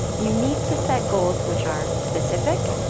you need to set goals which are specific,